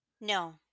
No